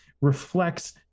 reflects